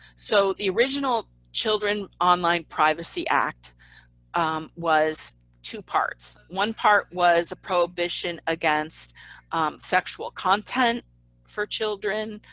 so the original children online privacy act um was two parts. one part was a prohibition against sexual content for children.